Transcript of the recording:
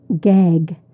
gag